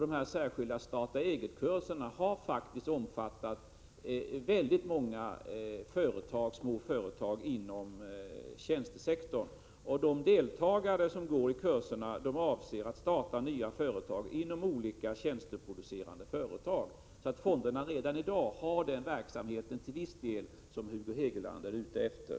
De särskilda starta-eget-kurserna har faktiskt omfattat många små företag inom tjänstesektorn. De deltagare som går på kurserna avser att starta nya företag inom olika tjänsteproducerande företag. Fonderna bedriver alltså redan i dag till viss del den verksamhet som Hugo Hegeland är ute efter.